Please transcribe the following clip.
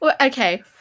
Okay